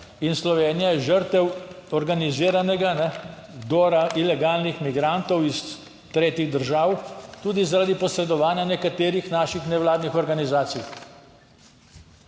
Slovenija je žrtev organiziranega vdora ilegalnih migrantov iz tretjih držav tudi, zaradi posredovanja nekaterih naših nevladnih organizacij.